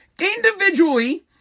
Individually